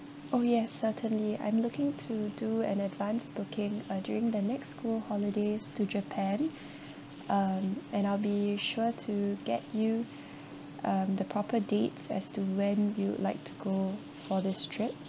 oh yes certainly I'm looking to do an advance booking uh during the next school holidays to japan um and I'll be sure to get you um the proper dates as to when we would like to go for this trip